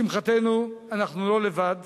לשמחתנו, אנחנו לא לבד.